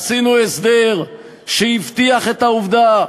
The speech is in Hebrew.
עשינו הסדר שהבטיח את העבודה,